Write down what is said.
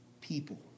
people